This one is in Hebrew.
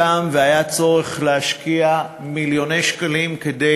והיה צורך להשקיע שם מיליוני שקלים כדי